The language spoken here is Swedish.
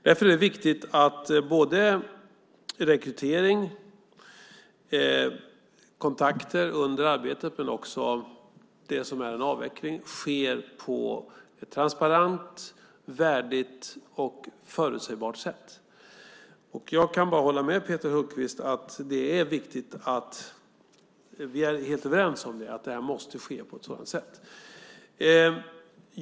Därför är det viktigt att rekrytering och kontakter under arbetet och också det som är en avveckling sker på ett transparent, värdigt och förutsägbart sätt. Peter Hultqvist och jag är helt överens om att det måste ske på ett sådant sätt.